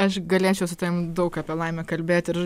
aš galėčiau su tavim daug apie laimę kalbėt ir